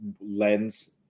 lens